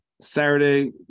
Saturday